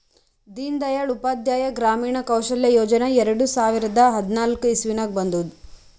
ದೀನ್ ದಯಾಳ್ ಉಪಾಧ್ಯಾಯ ಗ್ರಾಮೀಣ ಕೌಶಲ್ಯ ಯೋಜನಾ ಎರಡು ಸಾವಿರದ ಹದ್ನಾಕ್ ಇಸ್ವಿನಾಗ್ ಬಂದುದ್